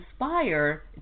inspire